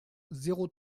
zéro